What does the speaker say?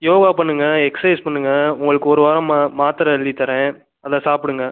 யோகா பண்ணுங்கள் எக்சைஸ் பண்ணுங்கள் உங்களுக்கு ஒரு வாரம் மா மாத்திர எழுதி தரேன் அதை சாப்பிடுங்க